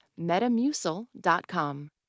metamucil.com